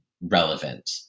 relevant